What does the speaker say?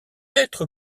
être